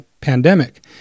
pandemic